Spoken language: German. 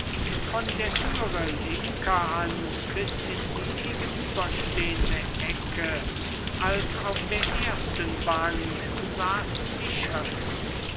von der türe linker hand bis in die gegenüberstehende ecke als auf der ersten bank saßen die schöffen